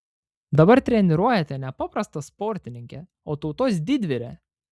dabar treniruojate ne paprastą sportininkę o tautos didvyrę